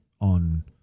on